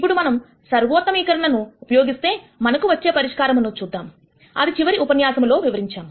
ఇప్పుడు మనం సర్వోత్తమసమీకరణ ను ఉపయోగిస్తే మనకు వచ్చే పరిష్కారమును చూద్దాం అది చివరి ఉపన్యాసములో లో వివరించాం